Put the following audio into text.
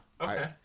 Okay